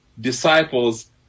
disciples